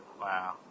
Wow